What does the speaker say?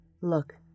Look